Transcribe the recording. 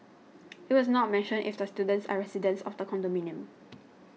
it was not mentioned if the students are residents of the condominium